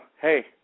hey